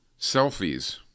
Selfies